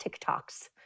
TikToks